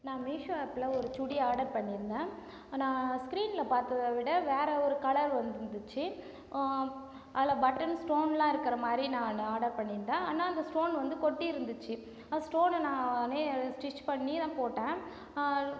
நான் மீஷோ ஆப்ல ஒரு சுடி ஆர்டர் பண்ணிருந்தேன் நான் ஸ்க்ரீன்ல பார்த்தத விட வேற ஒரு கலர் வந்துருந்துச்சு அதில் பட்டன்ஸ் ஸ்டோன்லாம் இருக்கிற மாதிரி நான் ஆர்டர் பண்ணிருந்தேன் ஆனால் அந்த ஸ்டோன் வந்து கொட்டி இருந்துச்சு ஸ்டோனை நானே அதை ஸ்டிட்ச் பண்ணி தான் போட்டேன்